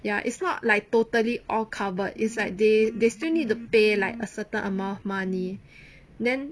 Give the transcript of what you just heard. ya is not like totally all covered is like they they still need to pay like a certain amount of money then